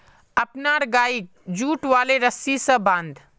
अपनार गइक जुट वाले रस्सी स बांध